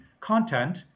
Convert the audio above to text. content